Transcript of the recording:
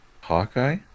Hawkeye